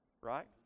right